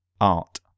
art